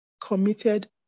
Committed